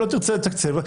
לא תרצה לתקצב,